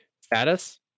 Status